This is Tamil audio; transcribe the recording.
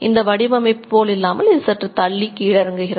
இந்த வடிவமைப்பு போல இல்லாமல் சற்று தள்ளி இது இறங்குகிறது